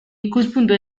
ikuspuntu